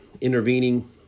intervening